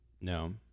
No